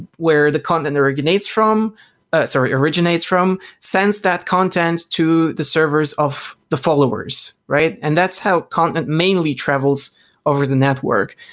where the content originates from so originates from sends that contents to the servers of the followers, right? and that's how content mainly travels over the network.